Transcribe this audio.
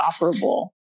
operable